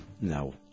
No